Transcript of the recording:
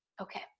Okay